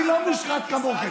אני לא מושחת כמוכם.